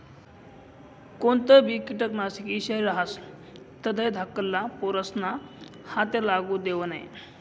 कोणतंबी किटकनाशक ईषारी रहास तधय धाकल्ला पोरेस्ना हाते लागू देवो नै